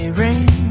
rain